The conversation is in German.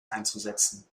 einzusetzen